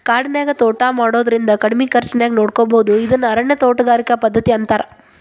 ಕಾಡಿನ್ಯಾಗ ತೋಟಾ ಮಾಡೋದ್ರಿಂದ ಕಡಿಮಿ ಖರ್ಚಾನ್ಯಾಗ ನೋಡ್ಕೋಬೋದು ಇದನ್ನ ಅರಣ್ಯ ತೋಟಗಾರಿಕೆ ಪದ್ಧತಿ ಅಂತಾರ